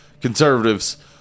conservatives